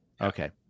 Okay